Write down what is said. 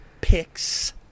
picks